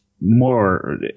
more